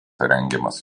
rengiamas